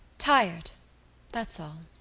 tired that's all.